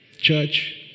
Church